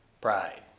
Pride